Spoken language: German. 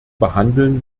behandeln